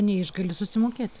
neišgali susimokėt